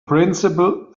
principle